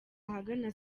ahagana